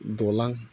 दालां